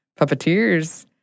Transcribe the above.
puppeteers